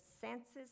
senses